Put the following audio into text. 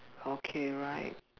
okay right